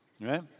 right